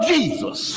Jesus